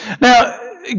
Now